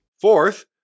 Fourth